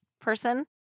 person